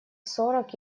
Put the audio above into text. сорок